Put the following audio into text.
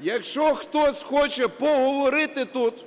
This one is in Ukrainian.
Якщо хтось хоче поговорити тут,